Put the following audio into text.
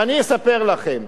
ואני אספר לכם.